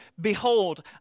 Behold